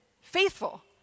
faithful